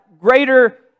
greater